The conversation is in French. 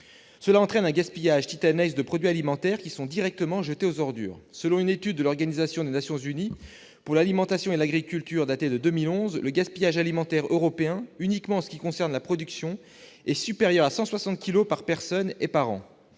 Il en résulte un gaspillage titanesque de produits alimentaires, qui sont directement jetés aux ordures. Selon une étude de l'Organisation des Nations unies pour l'alimentation et l'agriculture datant de 2011, le gaspillage alimentaire européen, pour la seule production, est supérieur à 160 kilogrammes par personne et par an.